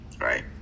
right